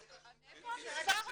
מאיפה המספר הזה?